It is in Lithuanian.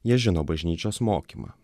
jie žino bažnyčios mokymą